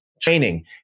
training